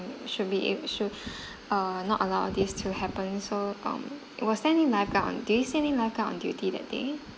should be a~ should uh not allow this to happen so um was there any lifeguard on did you see any lifeguard on duty that day